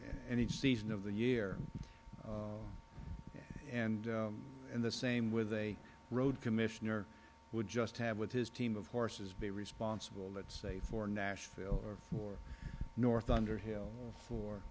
and each season of the year and the same with a road commissioner would just have with his team of horses be responsible let's say for nashville or for north underhill fo